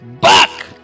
back